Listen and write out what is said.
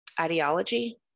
ideology